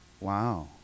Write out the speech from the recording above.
Wow